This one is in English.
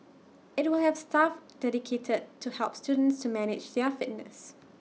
IT will have staff dedicated to help students manage their fitness